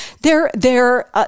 they're—they're